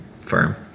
firm